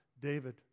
David